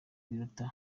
biruta